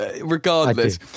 regardless